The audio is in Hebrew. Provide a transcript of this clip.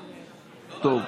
טוב,